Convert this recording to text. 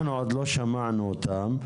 לשמוע אותה.